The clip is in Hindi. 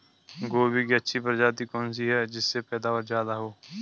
गोभी की अच्छी प्रजाति कौन सी है जिससे पैदावार ज्यादा हो?